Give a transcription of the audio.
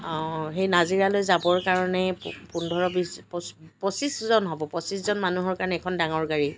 অঁ সেই নাজিৰালৈ যাবৰ কাৰণেই পো পোন্ধৰ বিছ প পঁচিছজন হ'ব পঁচিছজন মানুহৰ কাৰণে এখন ডাঙৰ গাড়ী